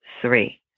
three